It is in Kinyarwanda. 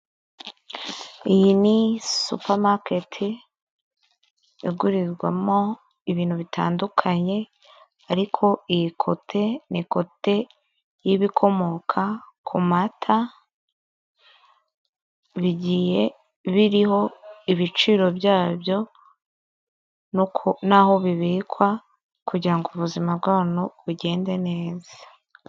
Iyi ni supamaketi igurirwamo ibintu bitandukanye ariko iyi kote ni kote y'ibikomoka ku mata, bigiye biriho ibiciro byabyo n'aho bibikwa kugira ngo ubuzima bw'abantu bugende neza.